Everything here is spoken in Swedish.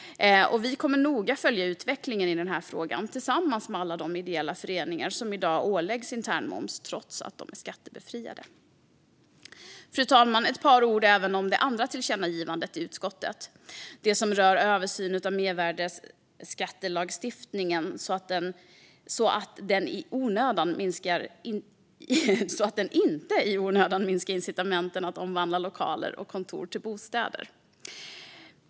Vi kommer att noga följa utvecklingen i den här frågan tillsammans med alla de ideella föreningar som i dag åläggs intermoms, trots att de är skattebefriade. Fru talman! Jag vill säga ett par ord även om det andra tillkännagivandet i utskottet, det som rör en översyn av mervärdesskattelagstiftningen så att den inte i onödan minskar incitamenten att omvandla lokaler eller kontor till bostäder.